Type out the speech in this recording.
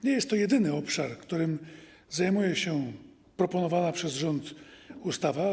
Nie jest to jedyny obszar, którym zajmuje się proponowana przez rząd ustawa.